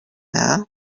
now